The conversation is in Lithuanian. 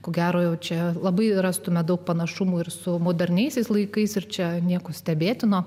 ko gero jau čia labai rastumėme daug panašumų ir su moderniaisiais laikais ir čia nieko stebėtino